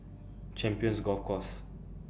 Champions Golf Course